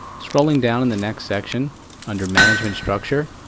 scrolling down in the next section under management structure,